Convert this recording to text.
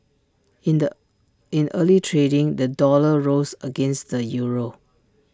in the in early trading the dollar rose against the euro